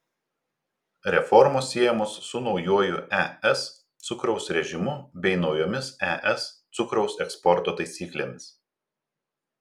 reformos siejamos su naujuoju es cukraus režimu bei naujomis es cukraus eksporto taisyklėmis